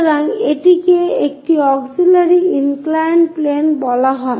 সুতরাং এটিকে একটি অক্সিলিয়ারি ইনক্লাইনড প্লেন বলা হয়